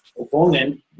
opponent